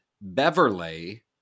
Beverly